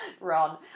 Ron